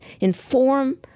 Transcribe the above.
inform